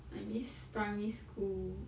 I miss primary school